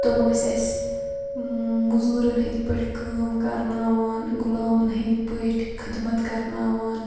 تِم ٲسۍ اَسہِ مٔزوٗرَن ہِنٛدۍ پٲٹھۍ کٲم کَرناوان غُلامَن ہِنٛدۍ پٲٹھۍ خدمت کَرناوان